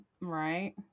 right